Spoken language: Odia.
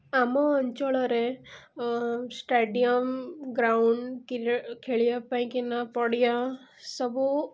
ଆମ ଅଞ୍ଚଳରେ ଷ୍ଟାଡ଼ିଅମ୍ ଗ୍ରାଉଣ୍ଡ୍ ଖେଳିବା ପାଇଁକିନା ପଡ଼ିଆ ସବୁ